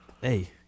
Hey